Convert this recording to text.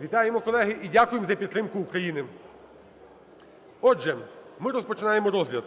Вітаємо, колеги! І дякуємо за підтримку України. Отже, ми розпочинаємо розгляд.